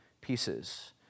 pieces